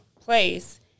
place